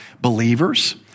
believers